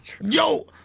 Yo